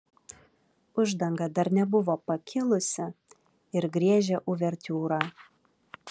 uždanga dar nebuvo pakilusi ir griežė uvertiūrą